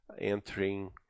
entering